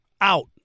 out